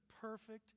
perfect